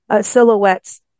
silhouettes